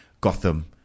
Gotham